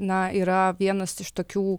na yra vienas iš tokių